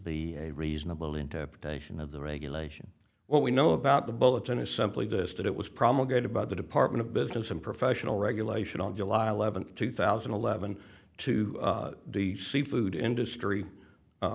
be a reasonable interpretation of the regulation what we know about the bulletin is simply this that it was promulgated by the department of business and professional regulation on july eleventh two thousand and eleven to the seafood industry